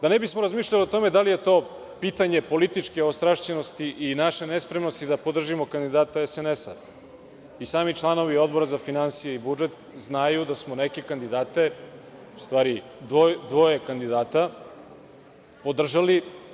Da ne bismo razmišljali o tome da li je to pitanje političke ostrašćenosti i naše nespremnosti da podržimo kandidata SNS, i sami članovi Odbora za finansije i budžet znaju da smo dvoje kandidata podržali.